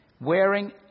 wearing